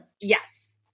Yes